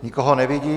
Nikoho nevidím.